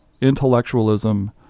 intellectualism